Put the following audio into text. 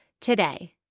today